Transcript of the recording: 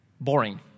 boring